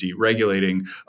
deregulating